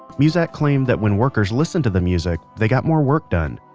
muzak claimed that when workers listened to the music, they got more work done.